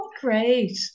great